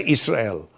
Israel